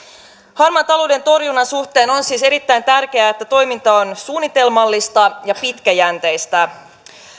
harmaan talouden torjunnan suhteen on siis erittäin tärkeää että toiminta on suunnitelmallista ja pitkäjänteistä